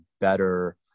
better